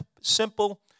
simple